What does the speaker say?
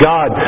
God